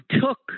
took